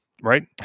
Right